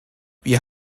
wir